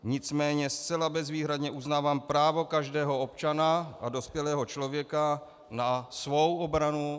Nicméně zcela bezvýhradně uznávám právo každého občana a dospělého občana na svou obranu.